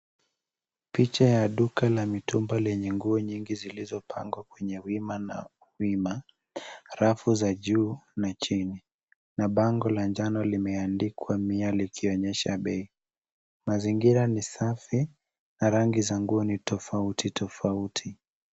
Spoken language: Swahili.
Picha ya duka la mitumba lenye nguo nyingi zilizopangwa kwenye wima na wima, rafu za juu na chini, na bango la njano limeandikwa mia likionyesha bei. Mazingira ni safi na rangi za nguo ni tofauti tofauti.